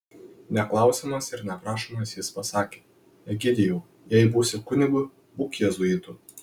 neklausiamas ir neprašomas jis pasakė egidijau jei būsi kunigu būk jėzuitu